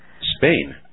Spain